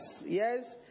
Yes